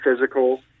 physical